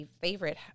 favorite